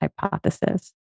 hypothesis